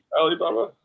Alibaba